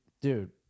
Dude